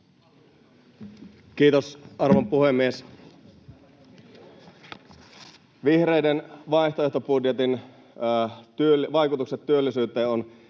Kiitos, arvon puhemies! Vihreiden vaihtoehtobudjetin vaikutukset työllisyyteen